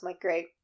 great